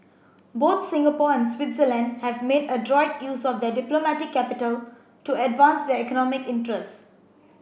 both Singapore and Switzerland have made adroit use of their diplomatic capital to advance their economic interests